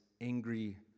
angry